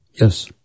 Yes